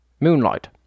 Moonlight